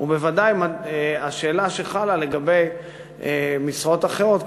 ובוודאי השאלה שחלה לגבי משרות אחרות,